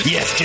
Yes